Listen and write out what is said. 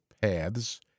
paths